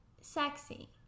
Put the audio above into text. Sexy